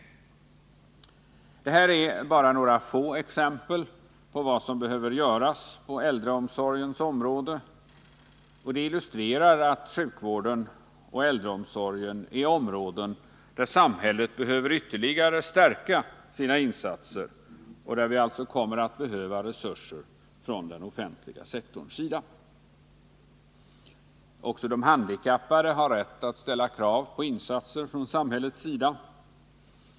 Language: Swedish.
Det här är bara några få exempel på vad som behöver göras på äldreomsorgens område, och det illustrerar att sjukvården och äldreomsorgen är områden där samhället behöver ytterligare stärka sina insatser och där vi alltså kommer att behöva resurser från den offentliga sektorn. Också de handikappade har rätt att ställa krav på insatser från samhället.